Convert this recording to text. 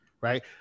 right